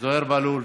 זוהרי בהלול,